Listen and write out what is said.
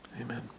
amen